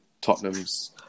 Tottenham's